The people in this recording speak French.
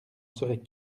seraient